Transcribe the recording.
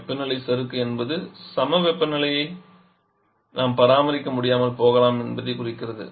வெப்பநிலை சறுக்கு என்பது அந்த சமவெப்ப நிலையை நாம் பராமரிக்க முடியாமல் போகலாம் என்பதைக் குறிக்கிறது